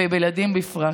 ובילדים בפרט.